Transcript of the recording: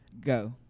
go